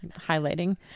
highlighting